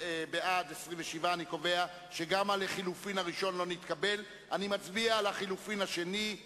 אני מעלה את ההסתייגות להצבעה.